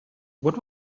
what